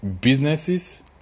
businesses